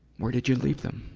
where did you leave them?